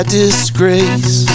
disgrace